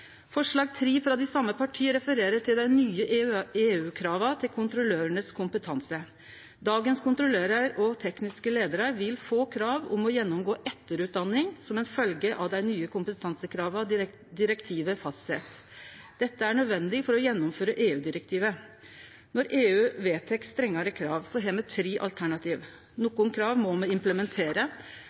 Forslag nr. 3, frå dei same partia, refererer til dei nye EU-krava til kompetanse hos kontrollørane. Dagens kontrollørar og tekniske leiarar vil få krav om å gjennomgå etterutdanning som ei følgje av dei nye kompetansekrava som direktivet fastset. Dette er nødvendig for å gjennomføre EU-direktivet. Når EU vedtek strengare krav, har me tre alternativ: Nokre krav må me implementere.